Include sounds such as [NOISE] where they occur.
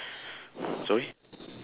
[BREATH] sorry